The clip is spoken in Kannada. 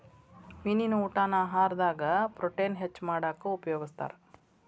ಮೇನಿನ ಊಟಾನ ಆಹಾರದಾಗ ಪ್ರೊಟೇನ್ ಹೆಚ್ಚ್ ಮಾಡಾಕ ಉಪಯೋಗಸ್ತಾರ